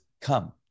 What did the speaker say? Come